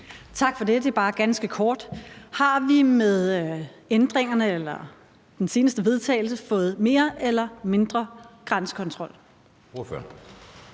Tak for det. Jeg har et ganske kort spørgsmål: Har vi med ændringerne eller den seneste vedtagelse fået mere eller mindre grænsekontrol?